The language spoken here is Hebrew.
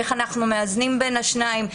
איך אנו מאזנים בין השניים,